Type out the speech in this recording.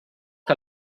que